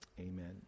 Amen